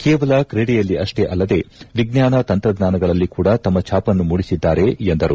ಕೇವಲ ಕ್ರೀಡೆಯಲ್ಲಿ ಅಪ್ಪೇ ಅಲ್ಲದೇ ವಿಜ್ಞಾನ ತಂತ್ರಜ್ಞಾನಗಳಲ್ಲಿ ಕೂಡಾ ತಮ್ಮ ಛಾಪನ್ನು ಮೂಡಿಸಿದ್ದಾರೆ ಎಂದರು